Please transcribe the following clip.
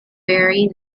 very